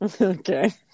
Okay